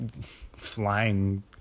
flying